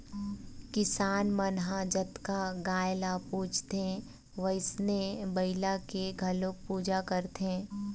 किसान मन ह जतका गाय ल पूजथे वइसने बइला के घलोक पूजा करथे